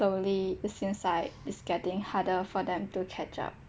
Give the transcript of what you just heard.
slowly it seems like it's getting harder for them to catch up